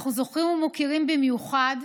אנחנו זוכרים ומוקירים במיוחד